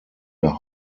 der